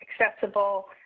accessible